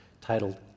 titled